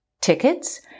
tickets